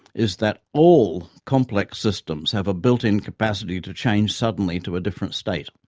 is that all complex systems have a built-in capacity to change suddenly to a different state.